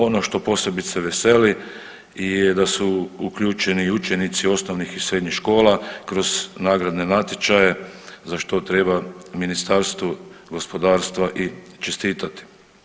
Ono što posebice veseli je da su uključeni i učenici osnovnih i srednjih škola kroz nagradne natječaje, za što treba Ministarstvo gospodarstva i čestitati.